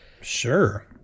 Sure